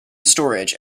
storage